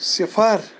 صِفر